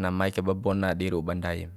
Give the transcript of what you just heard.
Na mai kaiba bona di ru'u ba ndaim